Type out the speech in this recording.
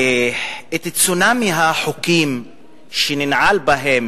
את צונאמי החוקים שננעל בהם